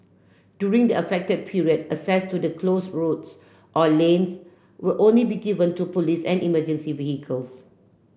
during the affected period access to the close roads or lanes will only be given to police and emergency vehicles